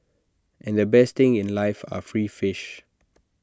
and the best things in life are free fish